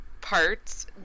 parts